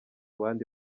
bandi